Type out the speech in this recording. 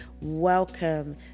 welcome